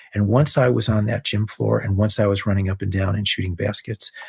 and once i was on that gym floor, and once i was running up and down and shooting baskets,